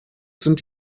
sind